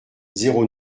zéro